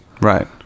Right